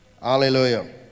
Hallelujah